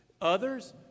Others